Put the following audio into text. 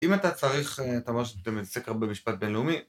‫אם אתה צריך, אתה אומר שאתה מתעסק הרבה ‫במשפט בינלאומי.